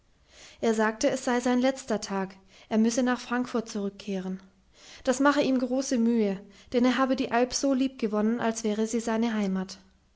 er sagte es sei sein letzter tag er müsse nach frankfurt zurückkehren das mache ihm große mühe denn er habe die alp so liebgewonnen als wäre sie seine heimat